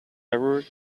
lever